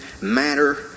Matter